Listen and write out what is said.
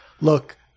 look